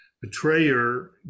betrayer